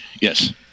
Yes